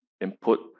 input